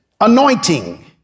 anointing